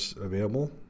available